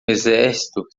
exército